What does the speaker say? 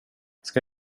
ska